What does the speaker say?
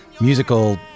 musical